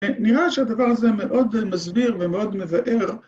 ‫נראה שהדבר הזה ‫מאוד מסביר ומאוד מבאר.